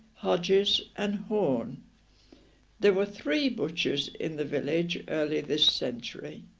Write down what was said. hodges and horn there were three butchers in the village early this century